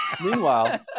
Meanwhile